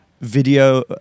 Video